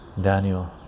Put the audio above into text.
daniel